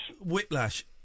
Whiplash